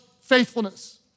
faithfulness